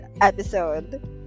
episode